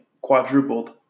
quadrupled